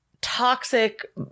toxic